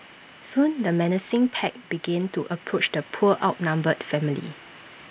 soon the menacing pack began to approach the poor outnumbered family